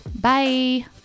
Bye